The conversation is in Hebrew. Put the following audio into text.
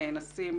נאנסים,